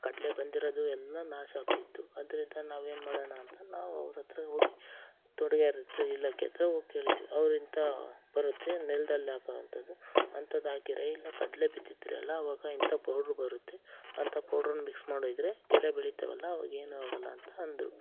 ಕಡಲೆ ಬಂದಿರೋದು ಎಲ್ಲ ನಾಶ ಆಗಿತ್ತು ಅದ್ರಿಂದ ನಾವು ಏನು ಮಾಡೋಣ ಅಂತ ನಾವು ಅವ್ರ ಹತ್ರ ಹೋಗ್ ತೋಟಗಾರ ಇಲಾಖೆ ಹತ್ರ ಹೋಗಿ ಕೇಳಿದ್ವಿ ಅವ್ರು ಇಂಥ ಬರುತ್ತೆ ನೆಲ್ದಲ್ಲಿ ಹಾಕೋವಂಥದ್ದು ಅಂಥದ್ದಾಕಿದ್ರೆ ಇಲ್ಲ ಕಡಲೆ ಬಿತ್ತುತ್ತೀರಲ್ಲ ಆವಾಗ ಇಂಥ ಪೌಡ್ರು ಬರುತ್ತೆ ಅಂತ ಪೌಡ್ರನ್ನು ಮಿಕ್ಸ್ ಮಾಡಿದರೆ ಗಿಡ ಬೆಳೀತಾವಲ್ಲ ಅವಾಗೇನು ಆಗೋಲ್ಲ ಅಂತ ಅಂದರು